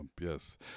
yes